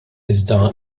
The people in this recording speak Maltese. iżda